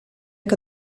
que